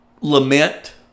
lament